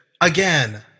again